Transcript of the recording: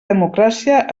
democràcia